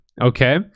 okay